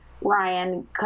ryan